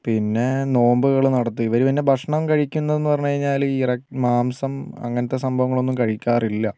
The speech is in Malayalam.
പിന്നെ നോമ്പുകൾ നടത്തും ഇവർ പിന്നെ ഭക്ഷണം കഴിക്കുന്നതെന്നു പറഞ്ഞു കഴിഞ്ഞാൽ മാംസം അങ്ങനത്തെ സംഭവങ്ങളൊന്നും കഴിക്കാറില്ല